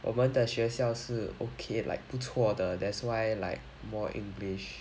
我们学校是 okay like 不错的 that's why like more english